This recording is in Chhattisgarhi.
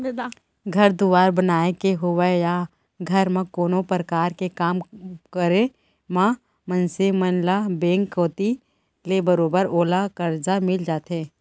घर दुवार बनाय के होवय या घर म कोनो परकार के काम परे म मनसे मन ल बेंक कोती ले बरोबर ओला करजा मिल जाथे